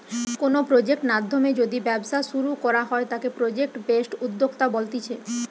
কোনো প্রজেক্ট নাধ্যমে যদি ব্যবসা শুরু করা হয় তাকে প্রজেক্ট বেসড উদ্যোক্তা বলতিছে